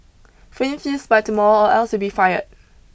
finish this by tomorrow or else you'll be fired